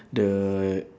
the